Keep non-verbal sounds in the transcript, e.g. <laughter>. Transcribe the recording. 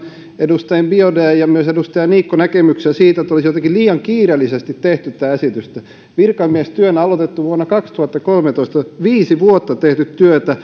edustaja biaudetn ja myös edustaja niikon näkemyksiä siitä että olisi jotenkin liian kiireellisesti tehty tätä esitystä virkamiestyönä aloitettu vuonna kaksituhattakolmetoista viisi vuotta tehty työtä <unintelligible>